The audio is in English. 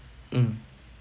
um